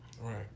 Right